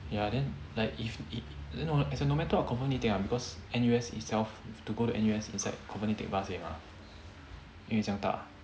ya then like if if it I don't know it's a no matter of confirm need take one because N_U_S itself to go to N_U_S inside confirm need take bus already mah 因为这样大